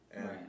Right